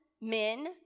men